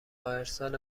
ارسال